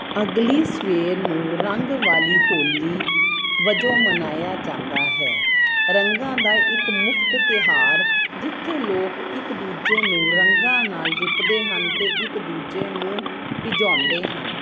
ਅਗਲੀ ਸਵੇਰ ਨੂੰ ਰੰਗ ਵਾਲੀ ਹੋਲੀ ਵਜੋਂ ਮਨਾਇਆ ਜਾਂਦਾ ਹੈ ਰੰਗਾਂ ਦਾ ਇੱਕ ਮੁਫ਼ਤ ਤਿਉਹਾਰ ਜਿੱਥੇ ਲੋਕ ਇੱਕ ਦੂਜੇ ਨੂੰ ਰੰਗਾਂ ਨਾਲ ਲਿੱਪਦੇ ਹਨ ਅਤੇ ਇੱਕ ਦੂਜੇ ਨੂੰ ਭਿਜਾਉਂਦੇ ਹਨ